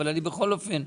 אבל אני בכל אופן,